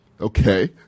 okay